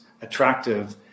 attractive